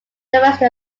university